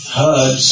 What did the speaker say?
heard